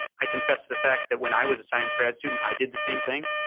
i confess to the fact that when i was a science grad student, i did the same thing.